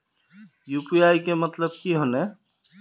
UPI के मतलब की होने?